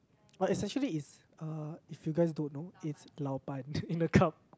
but is actually is uh if you guys don't know is lao ban in a cup